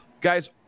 guys